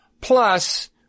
plus